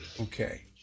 Okay